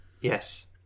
Yes